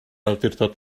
awdurdod